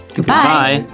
Goodbye